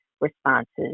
responses